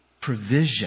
provision